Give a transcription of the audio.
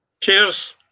Cheers